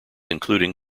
including